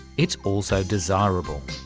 it's also desirable.